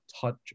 touch